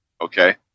Okay